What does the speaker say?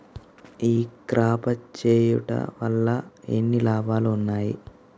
ఈ క్రాప చేయుట వల్ల ఎన్ని లాభాలు ఉన్నాయి?